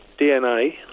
DNA